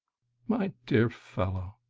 my dear fellow,